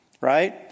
right